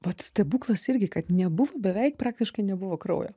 vat stebuklas irgi kad nebuvo beveik praktiškai nebuvo kraujo